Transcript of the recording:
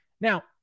Now